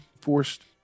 forced